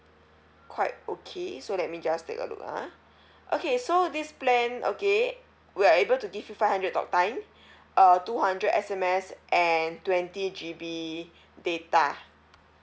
quite okay so let me just take a look ah okay so this plan okay we are able to give you five hundred talk time uh two hundred S_M_S and twenty G_B data